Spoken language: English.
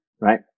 right